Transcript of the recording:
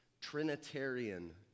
Trinitarian